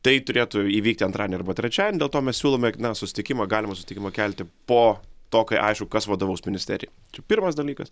tai turėtų įvykti antradienį arba trečiadienį dėl to mes siūlome na susitikimą galimą susitikimą kelti po to kai aišku kas vadovaus ministerijai čia pirmas dalykas